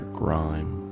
grime